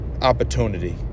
opportunity